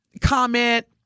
comment